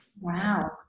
Wow